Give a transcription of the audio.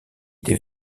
des